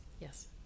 Yes